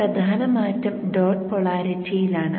ഒരു പ്രധാന മാറ്റം ഡോട്ട് പോളാരിറ്റിയിലാണ്